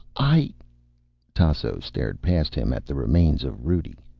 i tasso stared past him at the remains of rudi,